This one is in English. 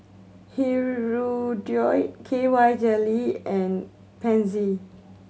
Hirudoid K Y Jelly and Pansy